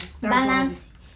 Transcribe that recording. balance